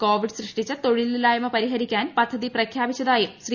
Covid സൃഷ്ടിച്ച തൊഴിലില്ലായ്മ പരിഹരിക്കാൻ പദ്ധതി പ്രഖ്യാപിച്ചതായും ശ്രീ